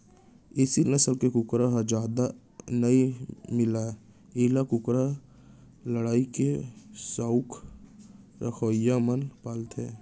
एसील नसल के कुकरा ह जादा नइ मिलय एला कुकरा लड़ई के सउख रखवइया मन पालथें